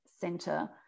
center